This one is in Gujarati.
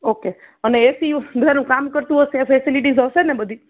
ઓકે અને એસી ઘરનું કામ કરતું હસે એ ફેસેલીટી હસેને બધી